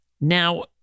Now